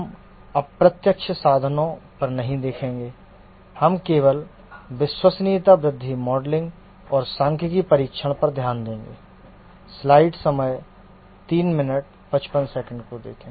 हम अप्रत्यक्ष साधनों पर नहीं देखेंगे हम केवल विश्वसनीयता वृद्धि मॉडलिंग और सांख्यिकीय परीक्षण पर ध्यान देंगे